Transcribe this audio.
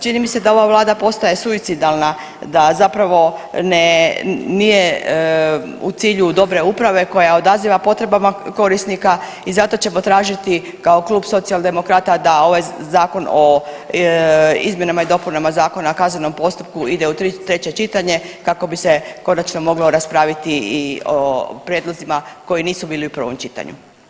Čini mi se da ova vlada postaje suicidalna, da zapravo ne, nije u cilju dobre uprave koja odaziva potrebama korisnika i zato ćemo tražiti kao Klub Socijaldemokrata da ovaj Zakon o izmjenama i dopunama Zakona o kaznenom postupku ide u treće čitanje kako bi se konačno moglo raspraviti i o prijedlozima koji nisu bili u prvom čitanju.